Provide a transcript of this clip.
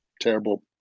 terrible